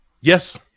yes